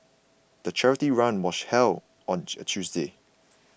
the charity run was held on a Tuesday